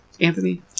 Anthony